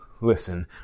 listen